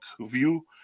view